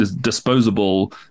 disposable